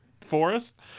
forest